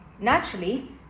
naturally